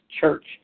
Church